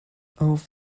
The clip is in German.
auf